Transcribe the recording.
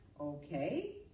Okay